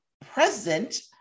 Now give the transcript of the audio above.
present